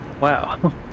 Wow